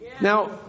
Now